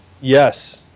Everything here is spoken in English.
Yes